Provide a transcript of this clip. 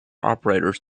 operators